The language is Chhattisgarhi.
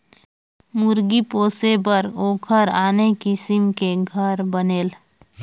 मुरगी पोसे बर ओखर आने किसम के घर बनेल